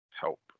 help